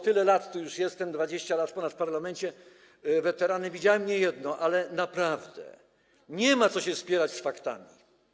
Tyle lat tu już jestem, ponad 20 lat w parlamencie, weteran, widziałem niejedno, ale naprawdę nie ma co się spierać z faktami.